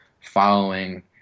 following